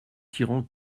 tyran